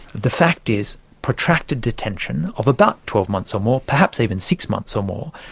the fact is, protracted detention of about twelve months or more, perhaps even six months or more,